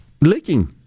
licking